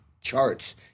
charts